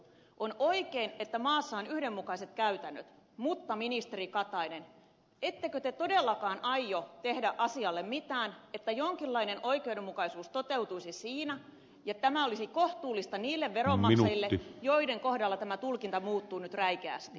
on oikein että maassa on yhdenmukaiset käytännöt mutta ministeri katainen ettekö te todellakaan aio tehdä asialle mitään että jonkinlainen oikeudenmukaisuus toteutuisi siinä ja tämä olisi kohtuullista niille veronmaksajille joiden kohdalla tämä tulkinta muuttuu nyt räikeästi